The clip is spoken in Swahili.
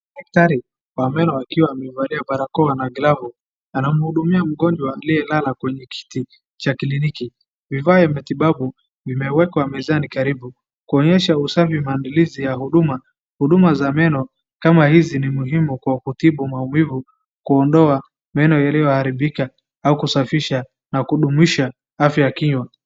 Daktari wa meno akiwa amevalia barakoa na glavu, anamhudumia mgonjwa aliyelala kwenye kiti cha kliniki. Vifaa ya matibabu vimewekwa mezani karibu, kuonyesha usafi maandalizi ya huduma. Huduma za meno, kama hizi ni muhimu kwa kutibu maumivu, kuondoa meno iliyoharibika, au kusafisha na kudumisha afya ya kinywa.